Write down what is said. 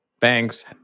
banks